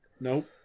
Nope